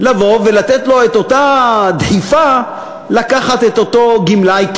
אותה דחיפה לקחת את אותו גמלאי,